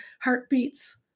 Heartbeats